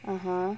(uh huh)